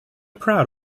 proud